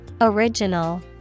Original